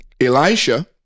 Elisha